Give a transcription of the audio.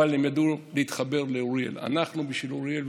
הם ידעו להתחבר לאוריאל: אנחנו בשביל אוריאל.